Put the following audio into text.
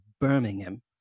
Birmingham